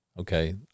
Okay